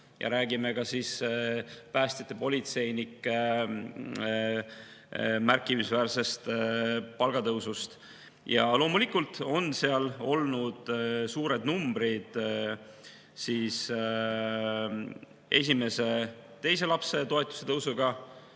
ja räägime ka päästjate-politseinike märkimisväärsest palgatõusust – ning loomulikult on seal olnud suured numbrid esimese ja teise lapse toetuse tõusuga,